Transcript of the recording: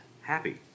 happy